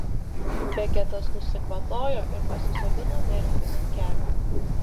beketas nusikvatojo ir pasisodino merfį ant kelių